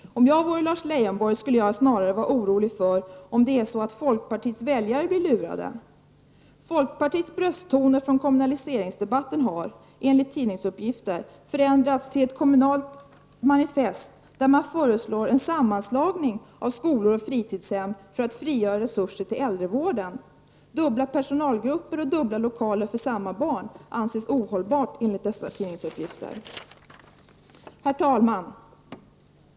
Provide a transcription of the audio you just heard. Om jag vore Lars Leijonborg skulle jag snarare vara orolig för att det är folkpartiets väljare som blir lurade. Folkpartiets brösttoner från kommunaliseringsdebatten har enligt tidningsuppgifter förändrats till ett kommunalt manifest, där man föreslår en sammanslagning av skolor och fritidshem för att frigöra resurser till äldrevården. Dubbla personalgrupper och dubbla lokaler för samma barn anses ohållbart, enligt dessa tidningsuppgifter. Herr talman!